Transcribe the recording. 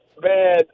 man